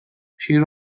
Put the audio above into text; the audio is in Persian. شیر